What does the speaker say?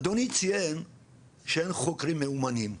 אדוני ציין שאין חוקרים מיומנים.